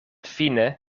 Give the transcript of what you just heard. fine